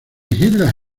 hilda